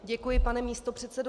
Děkuji, pane místopředsedo.